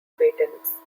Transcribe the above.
patents